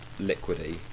liquidy